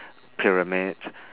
pyramid